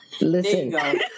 Listen